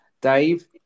Dave